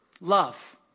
Love